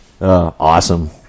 Awesome